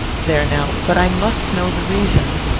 there now but i must know the reason.